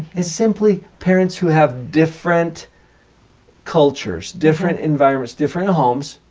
it's simply parents who have different cultures. different environments, different homes.